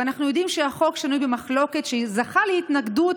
אנחנו יודעים שהוא שנוי במחלוקת וזכה להתנגדות